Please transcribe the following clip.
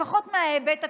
לפחות בהיבט הקולינרי.